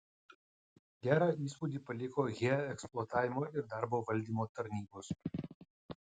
gerą įspūdį paliko he eksploatavimo ir darbo valdymo tarnybos